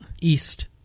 East